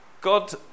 God